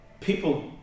people